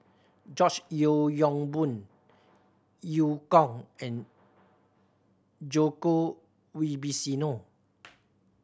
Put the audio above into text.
George Yeo Yong Boon Eu Kong and Djoko Wibisono